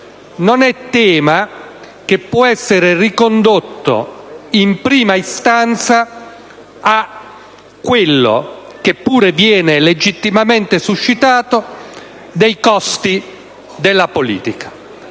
Non è un tema che può essere ricondotto in prima istanza a quello, che pure viene legittimamente evocato, dei costi della politica.